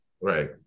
right